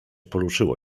poruszyło